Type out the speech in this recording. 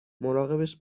مراقبش